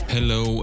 Hello